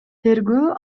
тергөө